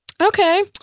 okay